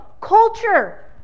Culture